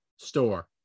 store